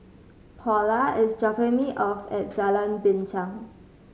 Paula is dropping me off at Jalan Binchang